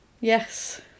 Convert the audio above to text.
Yes